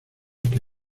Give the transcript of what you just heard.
que